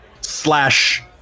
slash